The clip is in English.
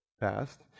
past